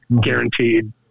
guaranteed